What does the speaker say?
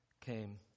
came